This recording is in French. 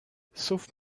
sauf